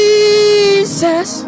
Jesus